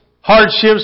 hardships